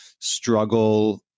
struggle